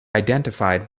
identified